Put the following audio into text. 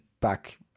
back